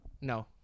No